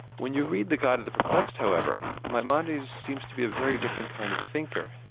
when you read the guide of the perplexed, however, maimonides seems to be a very different kind of thinker.